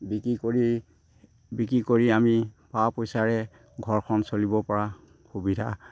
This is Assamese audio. বিক্ৰী কৰি বিক্ৰী কৰি আমি পা পইচাৰে ঘৰখন চলিব পৰা সুবিধা হয়